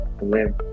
live